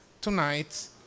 tonight